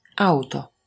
auto